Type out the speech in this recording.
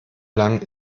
lang